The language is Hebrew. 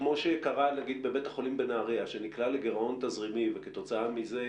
כמו שקרה בבית חולים בנהריה שנקלע לגירעון תזרימי וכתוצאה מזה